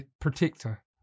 protector